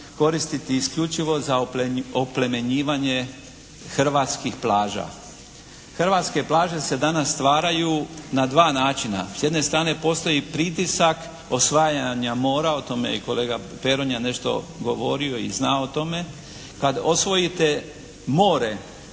koristiti isključivo za oplemenjivanje hrvatskih plaža. Hrvatske plaže se danas stvaraju na dva načina. S jedne strane postoji pritisak osvajanja mora, o tome je i kolega Peronja nešto govorio i zna o tome. Kad osvojite more